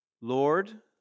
Lord